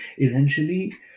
essentially